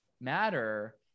matter